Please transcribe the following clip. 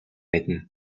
мэднэ